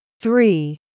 Three